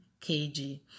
kg